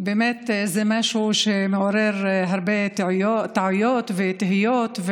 זה באמת משהו שמעורר הרבה טעויות ותהיות,